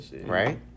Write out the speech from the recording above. right